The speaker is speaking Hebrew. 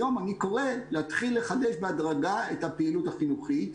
היום אני קורא להתחיל לחדש בהדרגה את הפעילות החינוכית,